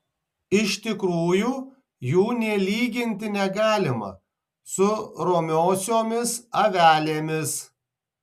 iš tikrųjų jų nė lyginti negalima su romiosiomis avelėmis